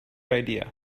idea